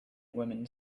women